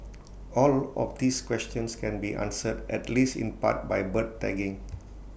all of these questions can be answered at least in part by bird tagging